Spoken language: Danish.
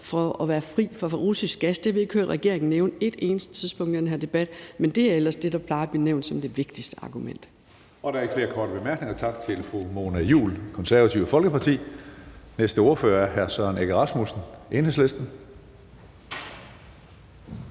til at være fri af russisk gas. Det har vi ikke hørt regeringen nævne på ét eneste tidspunkt i den her debat. Men det er ellers det, der plejer at blive nævnt som det vigtigste argument. Kl. 12:05 Tredje næstformand (Karsten Hønge): Der er ikke flere korte bemærkninger. Tak til fru Mona Juul, Det Konservative Folkeparti. Næste ordfører er hr. Søren Egge Rasmussen, Enhedslisten.